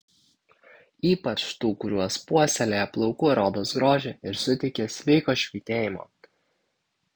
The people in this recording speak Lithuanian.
ypač tų kurios puoselėja plaukų ar odos grožį ir suteikia sveiko švytėjimo